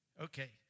Okay